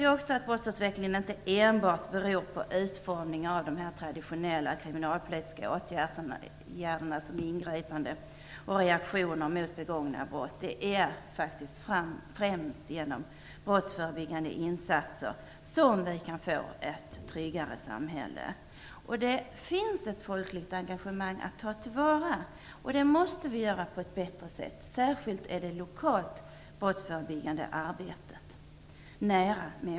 Vi vet att brottsutvecklingen inte enbart beror på utformningen av de traditionella kriminalpolitiska åtgärderna som t. ex ingripanden och reaktioner mot redan begångna brott. Det är faktiskt främst genom brottsförebyggande insatser som vi kan få ett tryggare samhälle. Det finns ett folkligt engagemang att ta till vara. Det måste vi göra på ett bättre sätt, särskilt när det gäller det lokala brottsförebyggande arbetet.